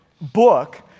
book